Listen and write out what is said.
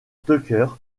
tucker